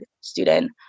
student